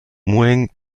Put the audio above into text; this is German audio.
mueang